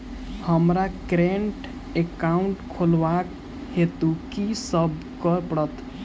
हमरा current account खोलेवाक हेतु की सब करऽ पड़त?